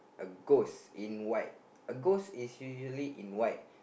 a ghost in white a ghost is usually in white